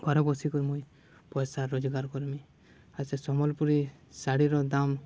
ଘରେ ବସି କରି ମୁଇଁ ପଏସା ରୋଜ୍ଗାର୍ କର୍ମି ଆର୍ ସେ ସମ୍ବଲ୍ପୁରୀ ଶାଢ଼ୀର ଦାମ୍